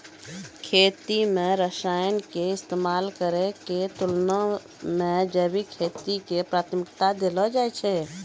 खेती मे रसायन के इस्तेमाल करै के तुलना मे जैविक खेती के प्राथमिकता देलो जाय छै